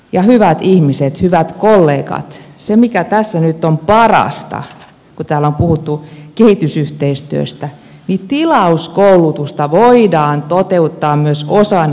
ja hyvät ihmiset hyvät kollegat se mikä tässä nyt on parasta kun täällä on puhuttu kehitysyhteistyöstä on se että tilauskoulutusta voidaan toteuttaa myös osana kehitysyhteistyötä